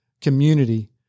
community